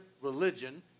religion